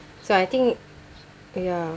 so I think ya